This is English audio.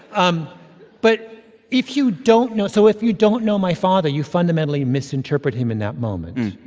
um but if you don't know so if you don't know my father, you fundamentally misinterpret him in that moment,